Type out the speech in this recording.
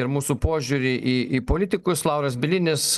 ir mūsų požiūrį į į politikus lauras bielinis